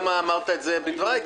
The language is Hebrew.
כל מה שצריך לתת זה --- לדבר הזה.